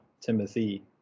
Timothy